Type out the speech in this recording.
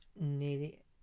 nearly